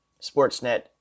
Sportsnet